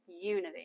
unity